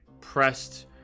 pressed